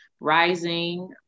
rising